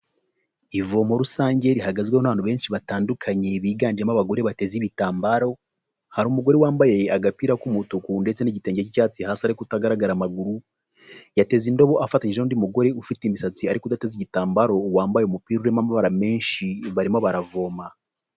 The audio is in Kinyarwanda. Ivomo rusange rihagazweho n'abantu benshi batandukanye, biganjemo abagore bateze ibitambaro, hari umugore wambaye agapira k'umutuku ndetse n'igitenge k'icyatsi hasi ariko utagaragara amaguru, yateze indobo afatanyije n'undi mugore ufite imisatsi ariko udateze igitambaro, wambaye umupira urimo amabara menshi barimo baravoma.